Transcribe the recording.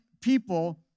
people